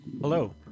Hello